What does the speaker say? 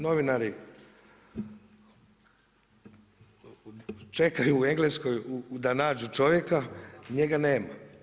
Novinari čekaju u Engleskoj da nađu čovjeka, njega nema.